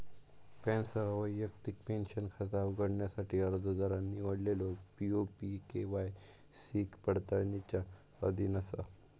पॅनसह वैयक्तिक पेंशन खाता उघडण्यासाठी अर्जदारान निवडलेलो पी.ओ.पी के.वाय.सी पडताळणीच्या अधीन असा